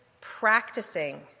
practicing